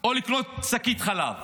או לקנות שקית חלב.